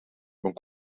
mijn